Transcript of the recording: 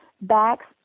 backs